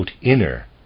inner